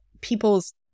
people's